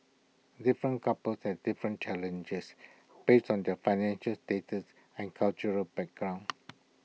different couples have different challenges based on their financial status and cultural backgrounds